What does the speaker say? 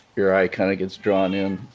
your eye kind of gets drawn in.